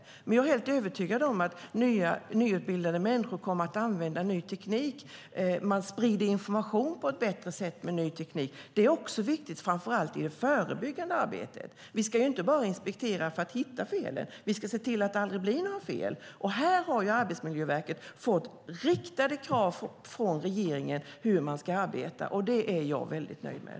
Jag är dock helt övertygad om att nyutbildade människor kommer att använda ny teknik. Man sprider information på ett bättre sätt med ny teknik, vilket också är viktigt framför allt i det förebyggande arbetet. Vi ska ju inte bara inspektera för att hitta felen, utan vi ska se till att det aldrig blir fel. Här har Arbetsmiljöverket fått riktade krav från regeringen om hur det ska arbeta, och det är jag väldigt nöjd med.